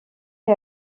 est